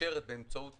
מתאפשרת באמצעות